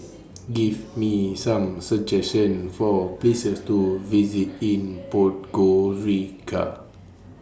Give Me Some suggestions For Places to visit in Podgorica